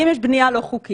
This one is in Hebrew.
אם יש בנייה לא חוקית,